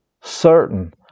certain